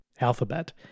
alphabet